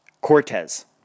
Cortez